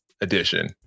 edition